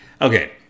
okay